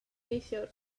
neithiwr